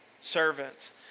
servants